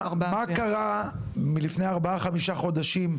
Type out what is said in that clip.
מה קרה לפני 4-5 חודשים,